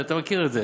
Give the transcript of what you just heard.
אתה מכיר את זה,